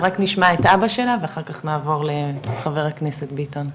אז רק נשמע את אבא שלה ואחר כך נעבור לחבר הכנסת ביטון.